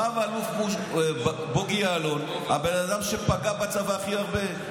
רב-אלוף בוגי יעלון, הבן אדם שפגע בצבא הכי הרבה.